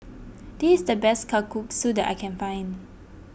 this the best Kalguksu that I can find